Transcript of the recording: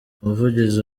umuvugizi